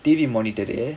T_V monitor